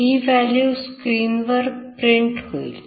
हि value स्क्रीनवर print होईल